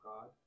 God